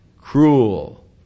Cruel